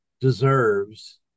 deserves